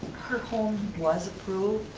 her home was approved,